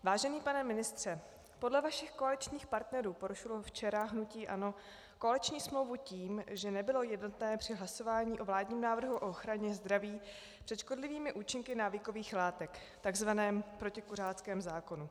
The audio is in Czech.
Vážený pane ministře, podle vašich koaličních partnerů porušilo včera hnutí ANO koaliční smlouvu tím, že nebylo jednotné při hlasování o vládním návrhu o ochraně zdraví před škodlivými účinky návykových látek, tzv. protikuřáckém zákonu.